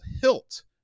Hilt